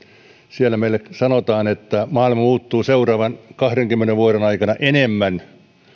siellä meille sanotaan että maailma muuttuu seuraavan kahdenkymmenen vuoden aikana enemmän